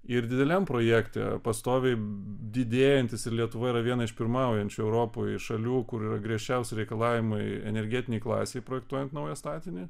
ir dideliam projekte pastoviai didėjantis ir lietuva yra viena iš pirmaujančių europoj šalių kur yra griežčiausi reikalavimai energetinei klasei projektuojant naują statinį